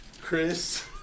Chris